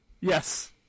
Yes